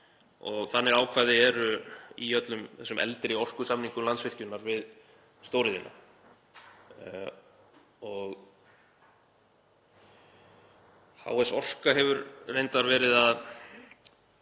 og þannig ákvæði eru í öllum þessum eldri orkusamningum Landsvirkjunar við stóriðjuna. HS orka hefur reyndar verið að